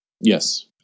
Yes